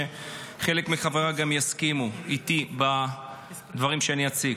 וחלק מחבריי גם יסכימו איתי על הדברים שאציג.